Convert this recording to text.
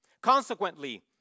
Consequently